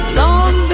long